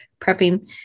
prepping